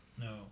No